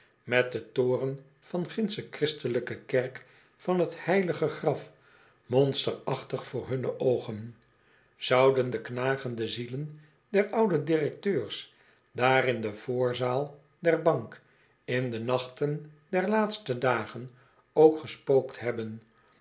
met den toren van gindsche christelijke kerk van t heilige graf monsterachtig voor hunne oogen zouden de knagende zielen der oude directeurs daar in de voorzaal der bank in de nachten der laatste dagen ook gespookt hebben